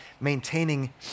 maintaining